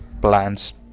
plans